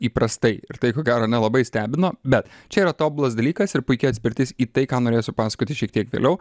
įprastai ir tai ko gero nelabai stebino bet čia yra tobulas dalykas ir puiki atspirtis į tai ką norėsiu pasakoti šiek tiek vėliau